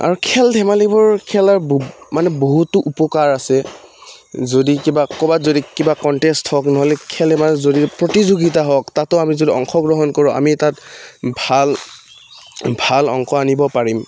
আৰু খেল ধেমালিবোৰ খেলাৰ ব মানে বহুতো উপকাৰ আছে যদি কিবা ক'ৰবাত যদি কিবা কনটেষ্ট হওক নহ'লে খেল ধেমালি মানে যদি প্ৰতিযোগিতা হওক তাতো আমি যদি অংশগ্ৰহণ কৰোঁ আমি তাত ভাল ভাল অংশ আনিব পাৰিম